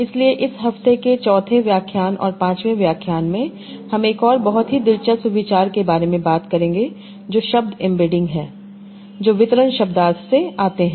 इसलिए इस हफ्ते के चौथे व्याख्यान और पांचवें व्याख्यान में हम एक और बहुत ही दिलचस्प विचार के बारे में बात करेंगे जो शब्द एम्बेडिंग है जो वितरण शब्दार्थ से आते हैं